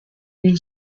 une